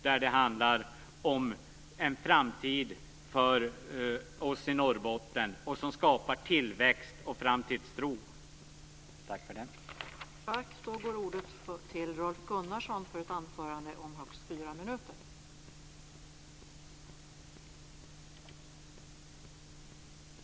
Det handlar om en framtid som skapar tillväxt och framtidstro för oss i Norrbotten.